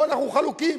פה אנחנו חלוקים.